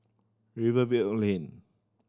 Rivervale Lane